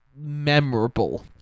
memorable